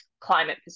climate